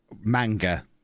manga